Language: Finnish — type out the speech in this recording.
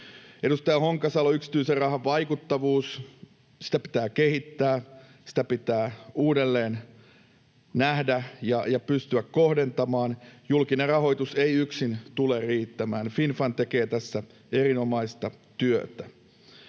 Edustaja Honkasalo, yksityisen rahan vaikuttavuus: Sitä pitää kehittää, sitä pitää uudelleen nähdä ja pystyä kohdentamaan. Julkinen rahoitus ei yksin tule riittämään. Finnfund tekee tässä erinomaista työtä.